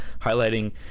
highlighting